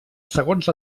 segons